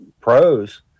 pros